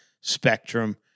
Spectrum